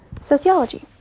sociology